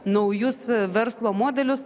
naujus verslo modelius